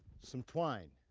some twine.